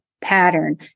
pattern